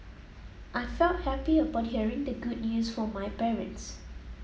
I felt happy upon hearing the good news from my parents